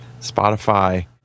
Spotify